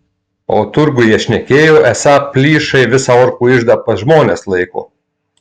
o turguje šnekėjo esą plyšai visą orkų iždą pas žmones laiko